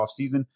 offseason